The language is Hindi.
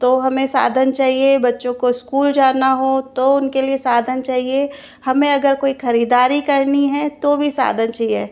तो हमें साधन चाहिए बच्चों को स्कूल जाना हो तो उनके लिए साधन चाहिए हमें अगर कोई खरीदारी करनी है तो भी साधन चाहिए